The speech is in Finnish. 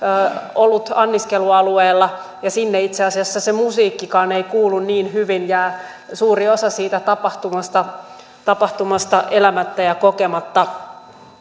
anniskelualueella ja sinne itse asiassa se musiikkikaan ei kuulu niin hyvin jää suuri osa siitä tapahtumasta tapahtumasta elämättä ja kokematta